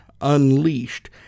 Unleashed